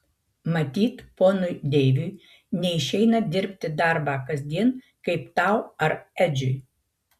matyt ponui deiviui neišeina dirbti darbą kasdien kaip tau ar edžiui